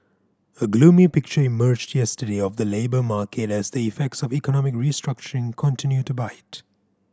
a gloomy picture emerged yesterday of the labour market as the effects of economic restructuring continue to bite